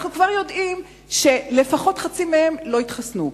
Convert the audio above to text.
אנחנו כבר יודעים שלפחות חצי מהם לא יתחסנו.